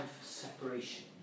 separation